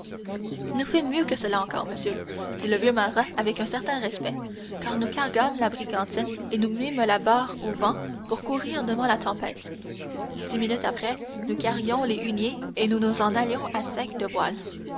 nous fîmes mieux que cela encore monsieur dit le vieux marin avec un certain respect car nous carguâmes la brigantine et nous mîmes la barre au vent pour courir devant la tempête dix minutes après nous carguions les huniers et nous nous en allions à sec de voiles